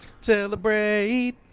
Celebrate